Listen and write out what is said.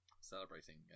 celebrating